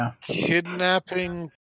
kidnapping